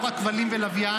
לא רק כבלים ולוויין,